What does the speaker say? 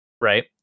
right